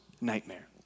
nightmare